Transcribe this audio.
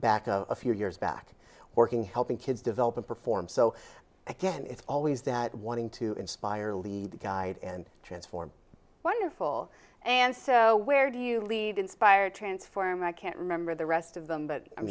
back a few years back working helping kids develop and perform so again it's always that wanting to inspire lead guide and transform wonderful and where do you lead inspired transform i can't remember the rest of them but i'm